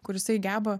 kur jisai geba